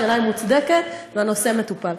השאלה מוצדקת, והנושא מטופל.